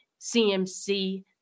CMC